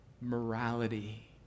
morality